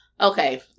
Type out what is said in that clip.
Okay